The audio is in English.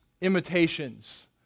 imitations